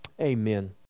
amen